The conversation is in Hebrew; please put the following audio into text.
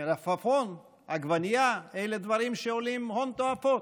מלפפון, עגבנייה, אלה דברים שעולים הון תועפות.